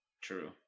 True